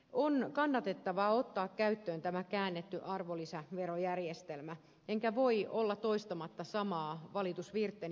on kannatettavaa ottaa käyttöön tämä käännetty arvonlisäverojärjestelmä enkä voi olla toistamatta samaa valitusvirttäni jonka jo tein